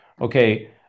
Okay